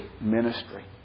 ministry